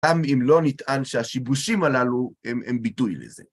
גם אם לא נטען שהשיבושים הללו הם ביטוי לזה.